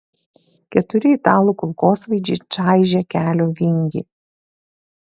keturi italų kulkosvaidžiai čaižė kelio vingį